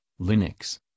linux